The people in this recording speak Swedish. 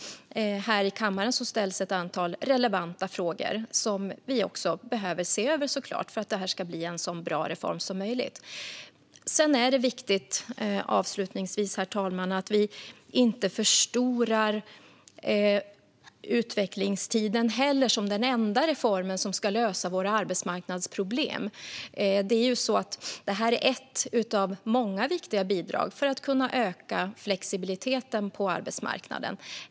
Här i kammaren ställs ett antal relevanta frågor, som vi såklart behöver se över så att det ska bli en så bra reform som möjligt. Det är viktigt, herr talman, att vi inte förstorar utvecklingstiden som den enda reformen som ska lösa våra arbetsmarknadsproblem. Det här är ett av många viktiga bidrag för att kunna öka flexibiliteten på arbetsmarknaden.